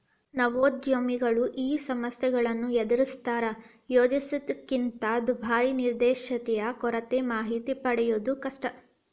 ನವೋದ್ಯಮಿಗಳು ಈ ಸಮಸ್ಯೆಗಳನ್ನ ಎದರಿಸ್ತಾರಾ ಯೋಜಿಸಿದ್ದಕ್ಕಿಂತ ದುಬಾರಿ ನಿರ್ದಿಷ್ಟತೆಯ ಕೊರತೆ ಮಾಹಿತಿ ಪಡೆಯದು ಕಷ್ಟ